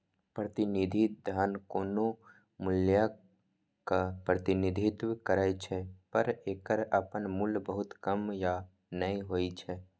प्रतिनिधि धन कोनो मूल्यक प्रतिनिधित्व करै छै, पर एकर अपन मूल्य बहुत कम या नै होइ छै